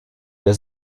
der